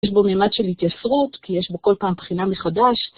יש בו מימד של התייסרות, כי יש בו כל פעם בחינה מחדש.